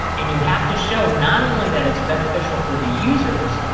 and you have to show not only that it's beneficial for the users,